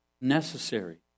necessary